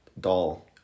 doll